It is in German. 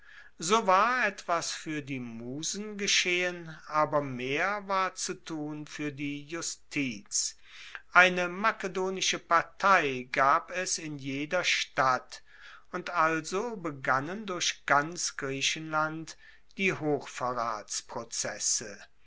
so war etwas fuer die musen geschehen aber mehr war zu tun fuer die justiz eine makedonische partei gab es in jeder stadt und also begannen durch ganz griechenland die